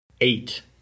eight